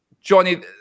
Johnny